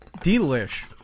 Delish